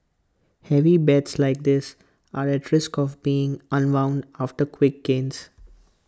heavy bets like this are at risk of being unwound after quick gains